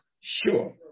sure